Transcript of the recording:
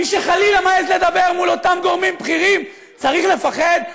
מי שחלילה מעז לדבר מול אותם גורמים בכירים צריך לפחד?